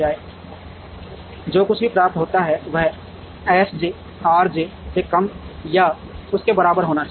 तो जो कुछ भी प्राप्त होता है वह S j R j से कम या उसके बराबर होना चाहिए